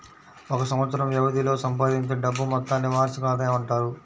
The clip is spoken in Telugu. ఒక సంవత్సరం వ్యవధిలో సంపాదించే డబ్బు మొత్తాన్ని వార్షిక ఆదాయం అంటారు